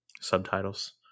subtitles